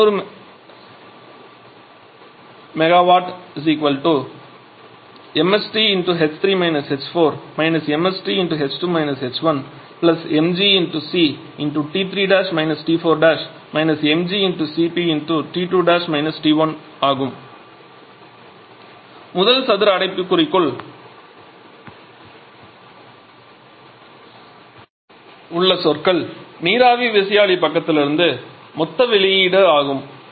500 𝑀𝑊 𝑚𝑠𝑡 ℎ3 − ℎ4 − 𝑚𝑠𝑡 ℎ2 − ℎ1 𝑚𝑔𝐶𝑇3′ − 𝑇4′ − 𝑚𝑔𝐶𝑝 𝑇2′ − 𝑇1 முதல் சதுர அடைப்புக்குறிக்குள் உள்ள சொற்கள் நீராவி விசையாழி பக்கத்திலிருந்து மொத்த வெளியீடு ஆகும்